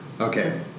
Okay